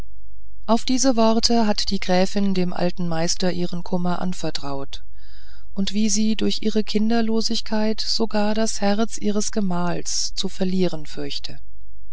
auf diese worte hat die gräfin dem alten meister ihren kummer vertraut und wie sie durch ihre kinderlosigkeit sogar das herz ihres gemahls zu verlieren fürchte